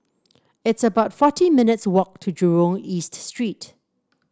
it's about forty minutes' walk to Jurong East Street